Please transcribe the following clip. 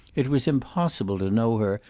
it was impossible to know her,